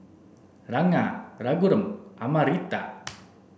Ranga Raghuram Amartya